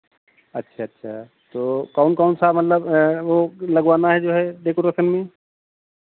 अच्छा अच्छा तो कौन कौन सा मतलब वो लगवाना है जो है डेकोरेशन में